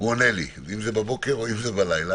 הוא עונה לי, אם זה בבוקר ואם זה בלילה